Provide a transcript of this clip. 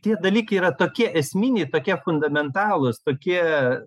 tie dalykai yra tokie esminiai tokie fundamentalūs tokie